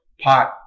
pot